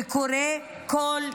וקורה כל יום,